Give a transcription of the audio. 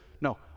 No